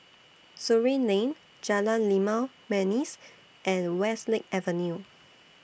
Surin Lane Jalan Limau Manis and Westlake Avenue